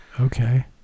Okay